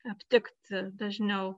aptikti dažniau